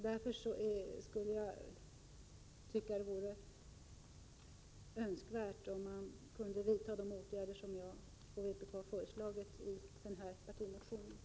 Därför tycker jag att det vore önskvärt om man kunde vidta de åtgärder som vpk har föreslagit i denna partimotion.